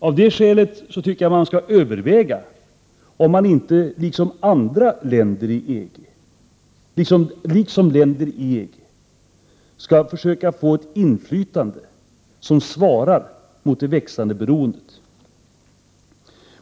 Av det skälet tycker jag att man skall överväga, om man inte liksom länder i EG skall försöka få ett inflytande som svarar mot det växande beroendet.